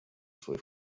свой